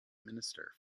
minister